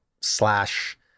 slash